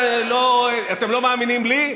אתם לא מאמינים לי?